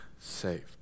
saved